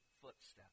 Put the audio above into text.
footsteps